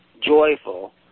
joyful